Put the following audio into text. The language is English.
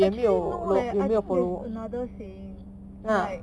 actually no leh I think there's another saying like